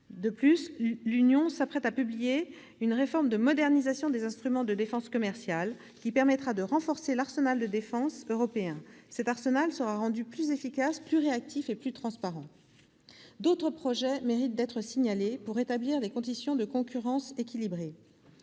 De plus, l'Union s'apprête à publier une réforme de « modernisation des instruments de défense commerciale », qui permettra de renforcer l'arsenal de défense européen. Ce dernier sera rendu plus efficace, plus réactif et plus transparent. D'autres projets méritent d'être signalés pour rétablir des conditions de concurrence équilibrées